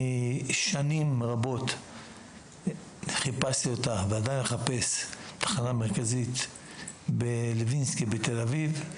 אני שנים רבות חיפשתי אותה ועדין מחפש בתחנה המרכזית בלוינסקי בתל אביב.